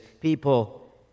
people